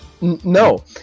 No